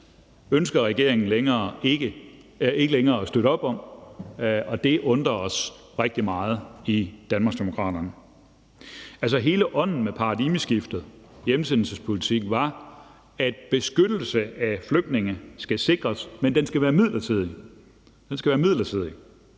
ønsker regeringen ikke længere at støtte op om, og det undrer os rigtig meget i Danmarksdemokraterne. Hele ånden med paradigmeskiftet, hjemsendelsespolitikken, var, at beskyttelse af flygtninge skal sikres, men den skal være midlertidig